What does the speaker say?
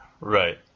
Right